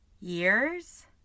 years